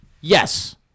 yes